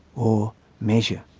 or measure.